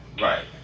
Right